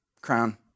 crown